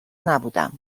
نبودم